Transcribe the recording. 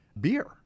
beer